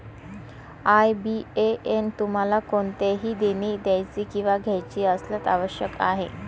IBAN तुम्हाला कोणतेही देणी द्यायची किंवा घ्यायची असल्यास आवश्यक आहे